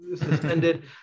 suspended